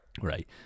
Right